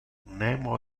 nemo